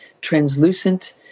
translucent